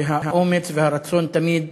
והאומץ והרצון תמיד